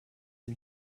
sie